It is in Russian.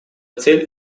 цель